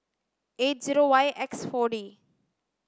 eight zero Y X four D